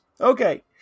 Okay